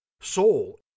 soul